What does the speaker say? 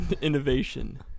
Innovation